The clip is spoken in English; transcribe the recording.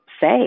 say